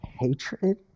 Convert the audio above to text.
Hatred